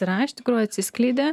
yra iš tikrųjų atsiskleidė